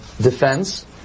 defense